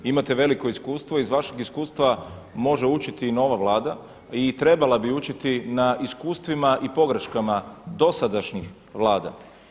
Imate veliko iskustvo, iz vašeg iskustva može učiti i nova Vlada i trebala bi učiti na iskustvima i pogreškama dosadašnjih Vlada.